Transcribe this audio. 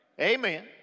Amen